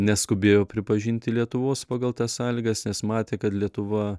neskubėjo pripažinti lietuvos pagal tas sąlygas nes matė kad lietuva